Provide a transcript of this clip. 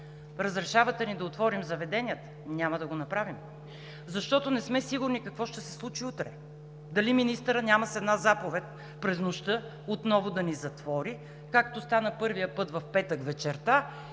„Разрешавате ни да отворим заведенията. Няма да го направим, защото не сме сигурни какво ще се случи утре, дали министърът няма с една заповед през нощта отново да ни затвори, както стана първия път в петък вечерта